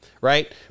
right